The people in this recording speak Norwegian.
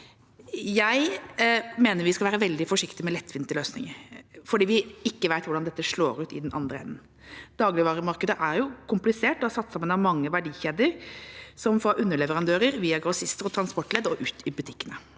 Jeg mener vi skal være veldig forsiktige med lettvinte løsninger fordi vi ikke vet hvordan dette slår ut i den andre enden. Dagligvaremarkedet er komplisert og satt sammen av mange verdikjeder, fra underleverandører via grossister og transportledd og ut til butikkene.